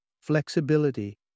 Flexibility